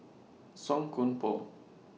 Song Koon Poh